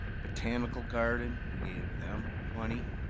botanical garden, we gave them money.